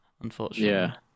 unfortunately